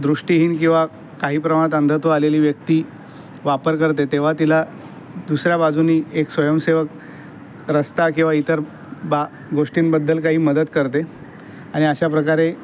दृष्टीहीन किंवा काही प्रमाणात अंधत्व आलेली व्यक्ती वापर करते तेव्हा तिला दुसऱ्या बाजूनी एक स्वयंसेवक रस्ता किवा इतर बा गोष्टींबद्दल काही मदत करते आणि अशा प्रकारे